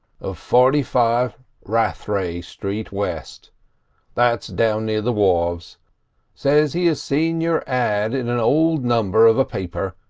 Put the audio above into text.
of forty five rathray street, west that's down near the wharves says he has seen your ad. in an old number of a paper,